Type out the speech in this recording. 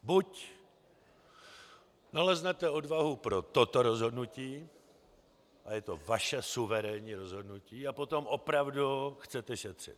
Buď naleznete odvahu pro toto rozhodnutí, a je to vaše suverénní rozhodnutí, a potom opravdu chcete šetřit.